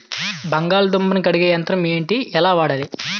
బంగాళదుంప ను కడిగే యంత్రం ఏంటి? ఎలా వాడాలి?